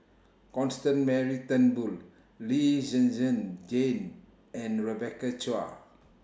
Constance Mary Turnbull Lee Zhen Zhen Jane and Rebecca Chua